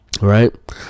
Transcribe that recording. right